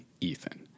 Ethan